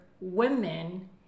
women